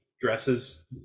dresses